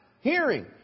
hearing